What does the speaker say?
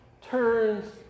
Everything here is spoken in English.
turns